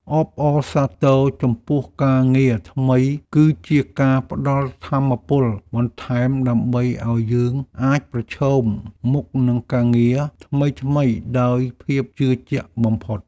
អបអរសាទរចំពោះការងារថ្មីគឺជាការផ្ដល់ថាមពលបន្ថែមដើម្បីឱ្យយើងអាចប្រឈមមុខនឹងការងារថ្មីៗដោយភាពជឿជាក់បំផុត។